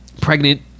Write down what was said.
Pregnant